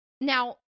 now